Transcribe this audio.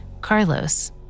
Carlos